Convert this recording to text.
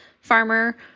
farmer